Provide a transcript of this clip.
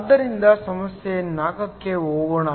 ಆದ್ದರಿಂದ ಸಮಸ್ಯೆ 4 ಕ್ಕೆ ಹೋಗೋಣ